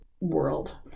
world